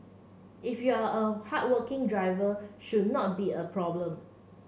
if you're a hardworking driver should not be a problem